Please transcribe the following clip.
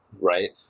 Right